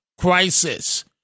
crisis